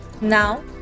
Now